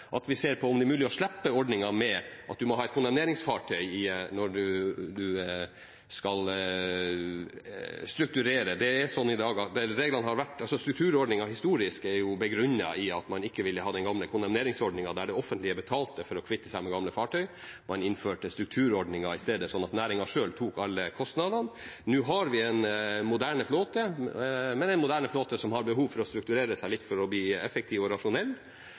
at vi ser på om det er mulig å slippe ordningen med at man må ha et kondemneringsfartøy når man skal strukturere. Strukturordningen historisk er jo begrunnet i at man ikke ville ha den gamle kondemneringsordningen, der det offentlige betalte for å kvitte seg med gamle fartøy. Man innførte strukturordningen i stedet, sånn at næringen tok alle kostnadene. Nå har vi en moderne flåte, men en moderne flåte som har behov for å strukturere seg litt for å bli effektiv og rasjonell.